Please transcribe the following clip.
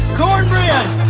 cornbread